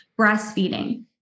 breastfeeding